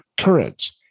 courage